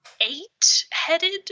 eight-headed